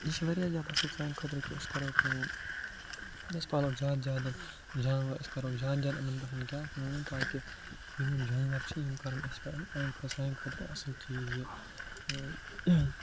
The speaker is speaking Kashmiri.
یہِ چھِ واریاہ زیادٕ اَصٕل سانہِ خٲطرٕ کہ أسۍ کَرَو کٲم أسۍ پالَو زیادٕ زیادٕ جاناوَار أسۍ کَرو زیادٕ زیادٕ جاناوَارَن پٮ۪ٹھ کیٛاہ کٲم تاکہ یِم یِم جانوَر چھِ یِم کَرَن اَسہِ پتہٕ آنہِ سانہِ خٲطرٕ اَصٕل چیٖز یہِ